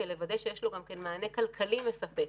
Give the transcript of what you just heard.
כדי לוודא שיש לו גם מענה כלכלי מספק.